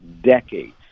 decades